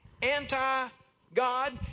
anti-God